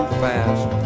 fast